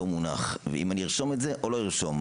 מונח ואם אני ארשום את זה או לא ארשום,